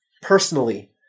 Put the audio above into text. Personally